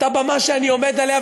אותה במה שאני עומד עליה,